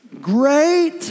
Great